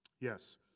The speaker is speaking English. Yes